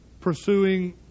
pursuing